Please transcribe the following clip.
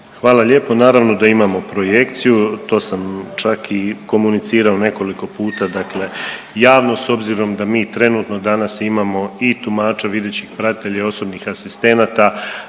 Hvala lijepo. Naravno da imamo projekciju, to sam čak i komunicirao nekoliko puta javno s obzirom da mi trenutno danas imamo i tumača videćih pratitelja i osobnih asistenata